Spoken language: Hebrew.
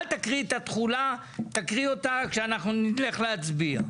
אל תקריא את התחולה; תקריא אותה כשאנחנו נלך להצביע.